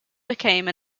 became